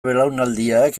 belaunaldiak